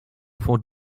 for